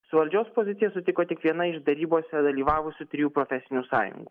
su valdžios pozicija sutiko tik viena iš derybose dalyvavusių trijų profesinių sąjungų